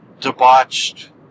debauched